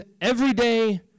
everyday